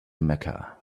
mecca